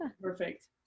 perfect